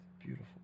Beautiful